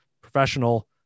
professional